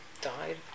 died